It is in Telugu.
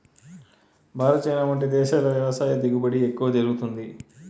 భారత్, చైనా వంటి దేశాల్లో వ్యవసాయ దిగుబడి ఎక్కువ జరుగుతుంది